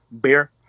Beer